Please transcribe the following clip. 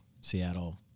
Seattle